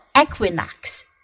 equinox